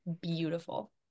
beautiful